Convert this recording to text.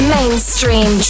Mainstream